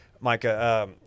Micah—